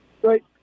Great